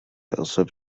أصبت